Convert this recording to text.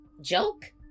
Joke